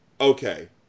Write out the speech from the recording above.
Okay